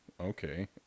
okay